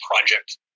project